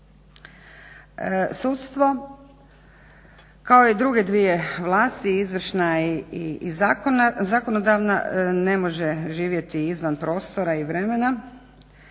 Sudstvo kao i druge dvije vlasti izvršna i zakonodavna ne može živjeti izvan prostora i vremena.